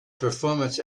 performance